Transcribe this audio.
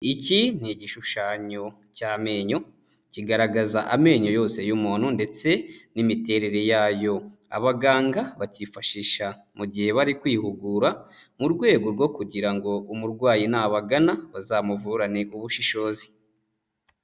Iki ni igishushanyo cy'amenyo, kigaragaza amenyo yose y'umuntu ndetse n'imiterere yayo. Abaganga bakifashisha mu gihe bari kwihugura mu rwego rwo kugira ngo umurwayi n'abagana bazamuvurane ubushishozi.